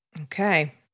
Okay